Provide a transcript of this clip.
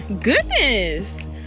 goodness